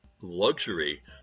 luxury